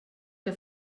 que